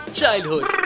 childhood